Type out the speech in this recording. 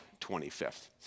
25th